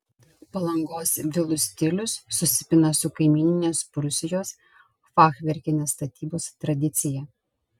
palangos vilų stilius susipina su kaimyninės prūsijos fachverkinės statybos tradicija